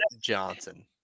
johnson